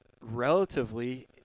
relatively